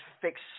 fix